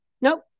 Nope